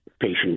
patient